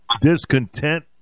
discontent